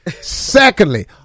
Secondly